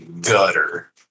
gutter